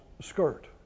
skirt